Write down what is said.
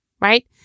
right